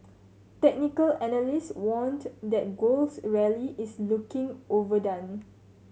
technical analyst warned that gold's rally is looking overdone